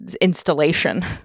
installation